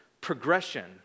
progression